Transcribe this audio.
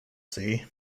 see